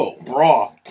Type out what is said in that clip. bra